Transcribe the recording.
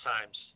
times